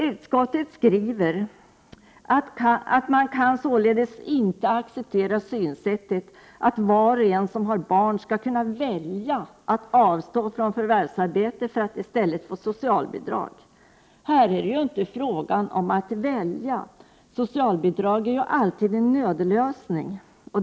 Utskottet skriver att man således inte kan acceptera synsättet att var och en som har barn skall kunna välja att avstå från för arbete för att i stället få socialbidrag. Här är det ju inte fråga om att välja! Socialbidrag är alltid en nödlösning.